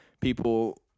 people